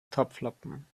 topflappen